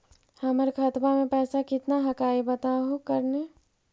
हमर खतवा में पैसा कितना हकाई बताहो करने?